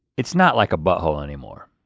it's not like a butthole anymore.